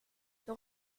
nous